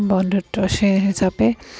বন্ধুত্বৰ শ্ৰেয় হিচাপে